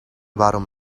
waarom